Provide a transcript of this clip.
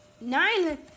Nine